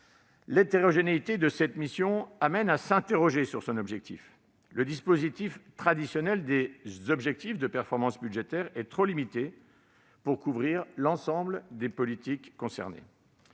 L'hétérogénéité de cette mission amène à s'interroger sur son objectif. Le dispositif traditionnel des objectifs de performance budgétaire est trop limité pour couvrir l'ensemble des politiques concernées.